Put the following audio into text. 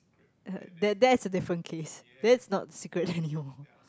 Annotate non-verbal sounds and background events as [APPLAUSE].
uh that that's a different case that's not secret anymore [LAUGHS]